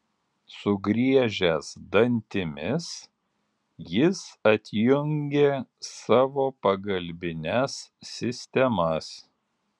sugriežęs dantimis jis atjungė savo pagalbines sistemas